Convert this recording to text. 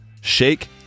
Shake